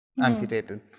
amputated